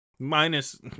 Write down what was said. Minus